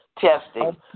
testing